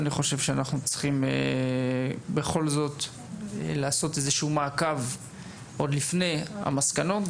אני חושב שאנחנו צריכים לעשות איזשהו מעקב עוד לפני המסקנות,